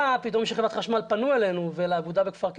פתאום כשחברת החשמל פנו אלינו ולאגודה בכפר קיש,